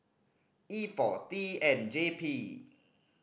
E four T N J P